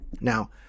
Now